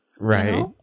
Right